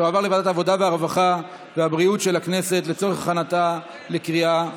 הרווחה והבריאות של הכנסת לצורך הכנתה לקריאה ראשונה.